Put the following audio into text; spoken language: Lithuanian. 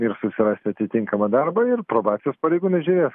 ir susirasti atitinkamą darbą ir probacijos pareigūnai žiūrės